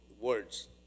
words